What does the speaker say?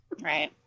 Right